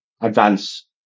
advance